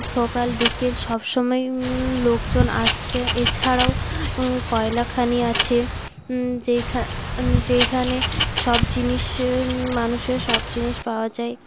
সকাল বিকেল সব সময়ই লোকজন আসছে এছাড়াও কয়লাখনি আছে যেখানে যেইখানে সব জিনিস মানুষের সব জিনিস পাওয়া যায়